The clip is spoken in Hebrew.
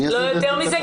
לא יותר מזה,